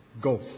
go